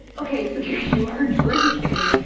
okay. so you are drinking.